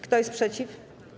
Kto jest przeciw?